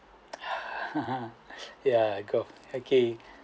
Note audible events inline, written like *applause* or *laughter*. *laughs* ya golf okay